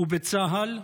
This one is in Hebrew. ובצה"ל?